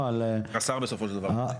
השר בסופו של דבר קובע.